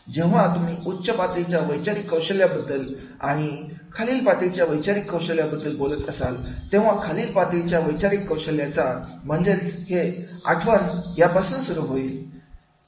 जेव्हा तुम्ही उच्च पातळीच्या वैचारिक कौशल्याबद्दल आणि खालील पातळीच्या वैचारिक बोलत असता तेव्हा खालील पातळीच्या वैचारिक कौशल्यांचा म्हणजेच हे आठवण या पासून सुरू होईल